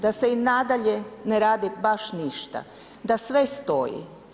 Da se i nadalje ne radi baš ništa, da sve stoji.